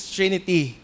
Trinity